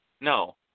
No